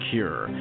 Cure